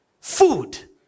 food